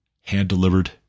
hand-delivered